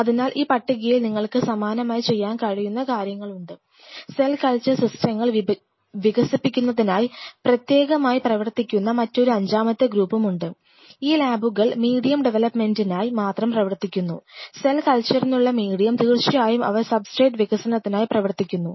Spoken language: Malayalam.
അതിനാൽ ഈ പട്ടികയിൽ നിങ്ങൾക്ക് സമാനമായി ചെയ്യാൻ കഴിയുന്ന കാര്യങ്ങളുണ്ട് സെൽ കൾച്ചർ സിസ്റ്റങ്ങൾ വികസിപ്പിക്കുന്നതിനായി പ്രത്യേകമായി പ്രവർത്തിക്കുന്ന മറ്റൊരു അഞ്ചാമത്തെ ഗ്രൂപ്പുമുണ്ട് ഈ ലാബുകൾ മീഡിയം ഡെവലപ്മെന്റിനായി മാത്രം പ്രവർത്തിക്കുന്നു സെൽ കൾച്ചറിനുള്ള മീഡിയം തീർച്ചയായും അവർ സബ്സ്ട്രേറ്റ് വികസനത്തിനായി പ്രവർത്തിക്കുന്നു